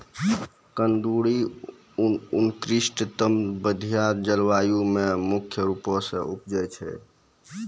कुंदरु उष्णकटिबंधिय जलवायु मे मुख्य रूपो से उपजै छै